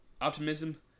optimism